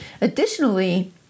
Additionally